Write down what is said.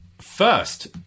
first